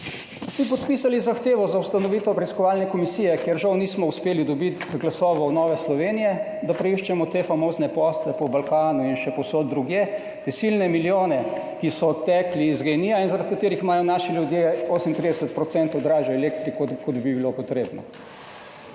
bi podpisali zahtevo za ustanovitev preiskovalne komisije, kjer žal nismo uspeli dobiti glasov Nove Slovenije, da preiščemo te famozne posle po Balkanu in še povsod drugje, te silne milijone, ki so tekli iz GEN-I in zaradi katerih imajo naši ljudje 38 % dražjo elektriko kot bi bilo potrebno.